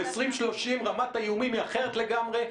ב-2030 רמת האיומים היא אחרת לגמרי.